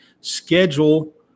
schedule